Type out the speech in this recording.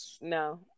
no